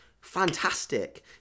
fantastic